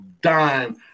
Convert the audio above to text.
dime